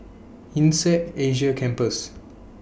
Insead Asia Campus